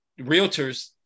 realtors